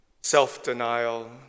self-denial